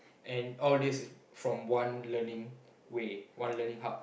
and all this is from one learning way one learning hub